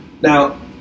Now